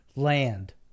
Land